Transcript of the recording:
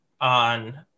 on